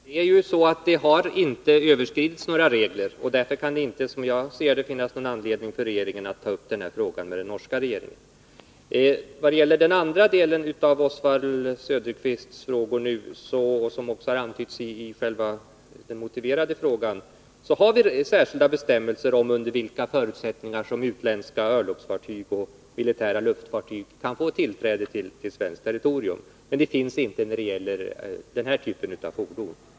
Herr talman! Inga regler har överskridits, och därför finns det, som jag ser det, ingen anledning för regeringen att ta upp detta med den norska regeringen. Det finns särskilda bestämmelser om under vilka förutsättningar utländska örlogsfartyg och militära luftfartyg kan få tillträde till svenskt territorium, men det finns inte några regler för den här typen av fordon.